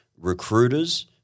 recruiters